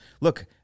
look